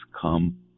come